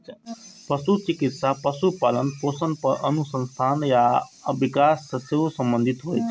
पशु चिकित्सा पशुपालन, पोषण पर अनुसंधान आ विकास सं सेहो संबंधित होइ छै